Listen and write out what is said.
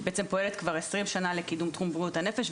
שבעצם פועלת כבר 20 שנה לקידום תחום בריאות הנפש,